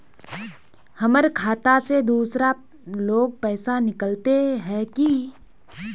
हमर खाता से दूसरा लोग पैसा निकलते है की?